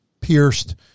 pierced